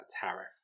tariff